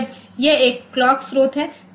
तो जब यह एक क्लॉक स्रोत है